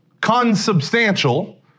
Consubstantial